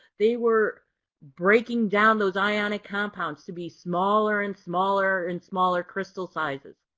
they were breaking down those ionic compounds to be smaller and smaller and smaller crystal sizes.